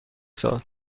سال